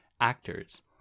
actors